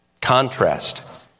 Contrast